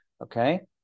Okay